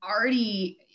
already